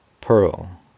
Pearl